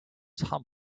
hump